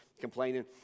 complaining